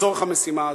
לצורך המשימה הזאת,